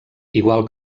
igual